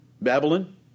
Babylon